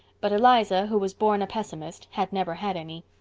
but eliza, who was born a pessimist, had never had any.